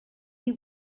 you